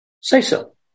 say-so